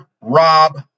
Rob